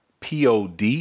Pod